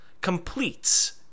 Completes